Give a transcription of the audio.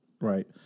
Right